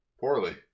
Poorly